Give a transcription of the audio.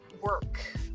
work